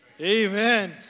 Amen